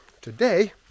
Today